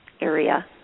area